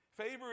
Favor